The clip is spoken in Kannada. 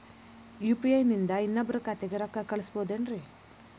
ಯು.ಪಿ.ಐ ನಿಂದ ಇನ್ನೊಬ್ರ ಖಾತೆಗೆ ರೊಕ್ಕ ಕಳ್ಸಬಹುದೇನ್ರಿ?